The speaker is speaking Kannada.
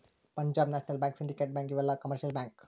Punjab national bank syndicate bank ಇವೆಲ್ಲ ಕಮರ್ಶಿಯಲ್ ಬ್ಯಾಂಕ್